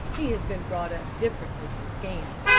he has been brought up differently from scamp.